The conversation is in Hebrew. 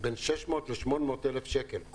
בין 600,000 שקל ל-800,000 שקל.